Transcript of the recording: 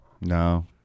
No